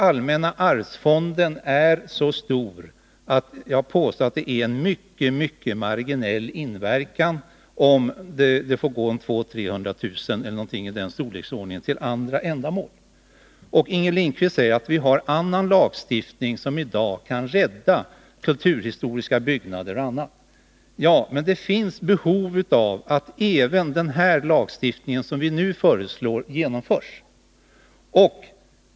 Allmänna arvsfonden är så stor, att jag påstår att det får mycket mycket marginell inverkan om 200 000 å 300 000 kr. eller något i den storleksordningen används för andra ändamål än de gängse. Inger Lindquist säger att det finns annan lagstiftning som kan användas för att rädda exempelvis kulturhistoriskt värdefulla byggnader. Ja, men det finns behov av att genomföra även den lagstiftning som vi nu föreslår.